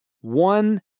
one